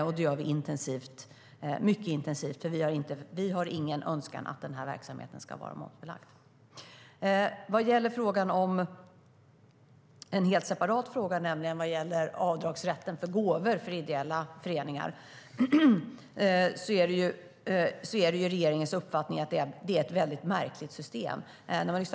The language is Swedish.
Och det gör vi mycket intensivt, för vi har ingen önskan att den här verksamheten ska vara momsbelagd. Vad gäller en helt separat fråga, nämligen avdragsrätten för gåvor till ideella föreningar, är det regeringens uppfattning att det är ett mycket märkligt system.